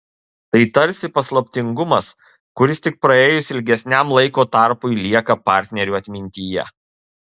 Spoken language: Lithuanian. tai tarsi paslaptingumas kuris tik praėjus ilgesniam laiko tarpui lieka partnerių atmintyje